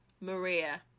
Maria